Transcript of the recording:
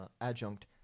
Adjunct